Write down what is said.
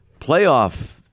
playoff